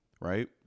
right